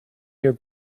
your